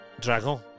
Dragon